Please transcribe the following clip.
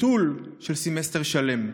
ביטול של סמסטר שלם.